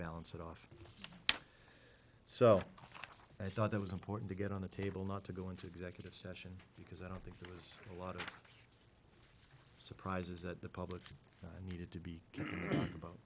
balance it off so i thought it was important to get on the table not to go into executive session because i think it was a lot of surprises that the public needed to be about